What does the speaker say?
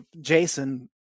Jason